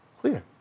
Clear